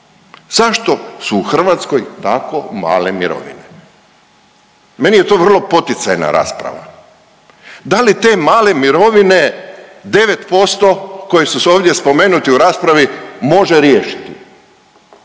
Zašto su u Hrvatskoj tako male mirovine? Meni je to vrlo poticajna rasprava. Da li te male mirovine 9% koje su se ovdje spomenuti u raspravi može riješiti?